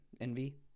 envy